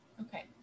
Okay